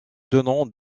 tenant